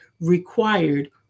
required